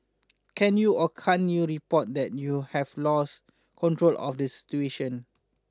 can you or can't you report that you have lost control of this situation